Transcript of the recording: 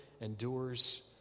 endures